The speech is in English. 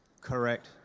Correct